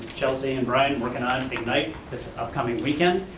chelsea and brian working on ignite this upcoming weekend.